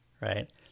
right